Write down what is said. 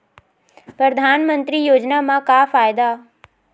परधानमंतरी योजना म का फायदा?